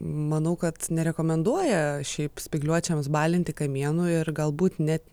manau kad nerekomenduoja šiaip spygliuočiams balinti kamienų ir galbūt net